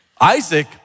Isaac